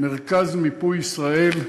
מרכז מיפוי ישראל.